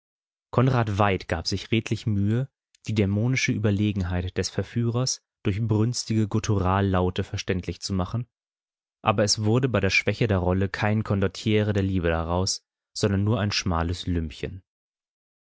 konrad veidt gab sich redlich mühe die dämonische überlegenheit des verführers durch brünstige gutturallaute verständlich zu machen aber es wurde bei der schwäche der rolle kein condottiere der liebe daraus sondern nur ein schmales